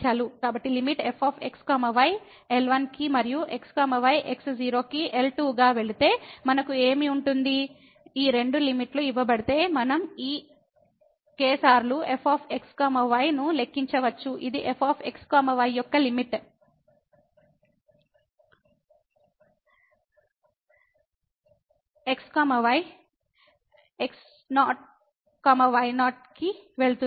కాబట్టి limit f x y L1 కి మరియు x y x0 కి L2 గా వెళితే మనకు ఏమి ఉంటుంది ఈ రెండు లిమిట్లు ఇవ్వబడితే మనం ఈ k సార్లు f x y ను లెక్కించవచ్చు ఇది f x y యొక్క limit x y x0 y0 కి వెళుతుంది